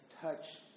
touch